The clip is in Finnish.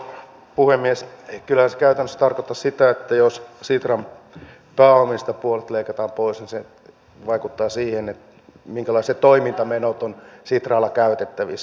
kyllähän se käytännössä tarkoittaisi sitä että jos sitran pääomista puolet leikattaisiin pois niin se vaikuttaisi siihen minkälaiset toimintamenot sitralla olisi käytettävissä